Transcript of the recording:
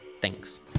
Thanks